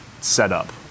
setup